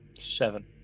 Seven